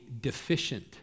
deficient